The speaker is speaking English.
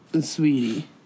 sweetie